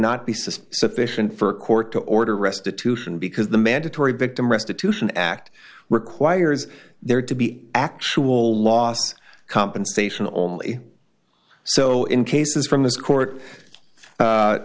not be suspicion for a court to order restitution because the mandatory victim restitution act requires there to be actual loss compensation only so in cases from this court